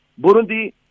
Burundi